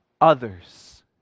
others